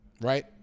Right